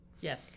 Yes